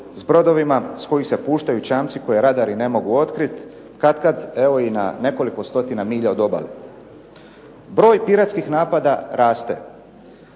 s brodovima s kojih se puštaju čamci koje radari ne mogu otkriti, katkad evo i na nekoliko stotina milja od obale. Broj piratskih napada raste,